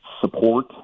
support